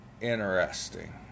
interesting